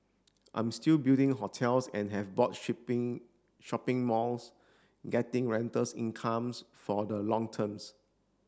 I'm still building hotels and have bought shipping shopping malls getting rentals incomes for the long terms